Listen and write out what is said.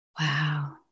Wow